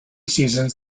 seasons